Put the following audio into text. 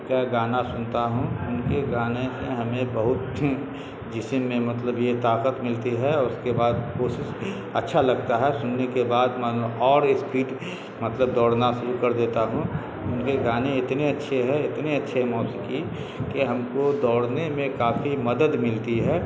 کا گانا سنتا ہوں ان کے گانے سے ہمیں بہت جسم میں مطلب یہ طاقت ملتی ہے اور اس کے بعد کوشش اچھا لگتا ہے سننے کے بعد میں اور اسپیڈ مطلب دوڑنا شروع کر دیتا ہوں ان کے گانے اتنے اچھے ہیں اتنے اچھے ہیں موس کی کہ ہم کو دوڑنے میں کافی مدد ملتی ہے